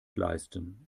leisten